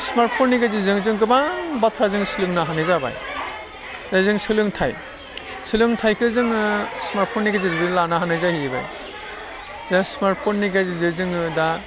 smart फननि गेजेरजों जों गोबां बाथ्रा जों सोलोंनो हानाय जाबाय दा जों सोलोंथाइ सोलोंथाइखो जोङो स्मार्ट फननि गेरजोंबो लानो हानाय जाहैबाय दा स्मार्ट फननि गेजेरजों जोङो दा